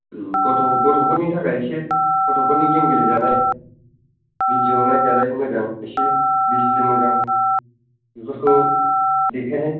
ओम गथ' गथ'फोरनि थाखाय इसे गथ'फोरनि गेम गेलेजानाय भिदिअ नायजानाय मोजां इसे दिसप्ले मोजां बेफोरखौ देखायनाय